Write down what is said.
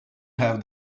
have